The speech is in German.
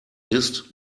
ist